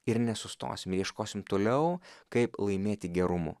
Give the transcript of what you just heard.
ir nesustosim ir ieškosim toliau kaip laimėti gerumu